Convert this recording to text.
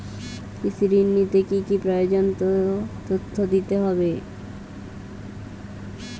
কৃষি ঋণ নিতে কি কি প্রয়োজনীয় তথ্য দিতে হবে?